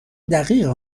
دقیق